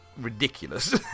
ridiculous